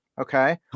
Okay